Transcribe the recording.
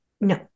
no